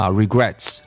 regrets